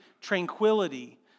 tranquility